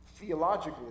theologically